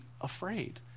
afraid